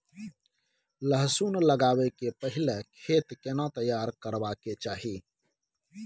लहसुन लगाबै के पहिले खेत केना तैयार करबा के चाही?